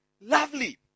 Lovely